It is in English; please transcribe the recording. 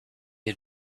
had